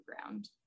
ground